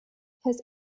his